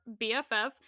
BFF